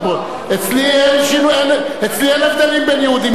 אצלי אין הבדלים בין יהודים לערבים.